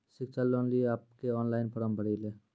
शिक्षा लोन के लिए आप के ऑनलाइन फॉर्म भरी ले?